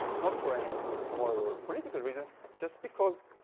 not for any moral or political reasons. just because